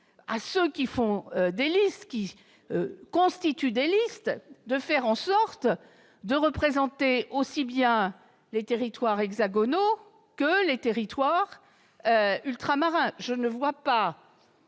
politiques et à ceux qui constituent des listes de faire en sorte de représenter aussi bien le territoire hexagonal que les territoires ultramarins. Je n'imagine pas